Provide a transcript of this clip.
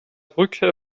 brücke